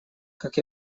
как